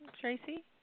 Tracy